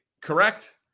Correct